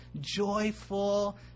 joyful